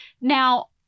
Now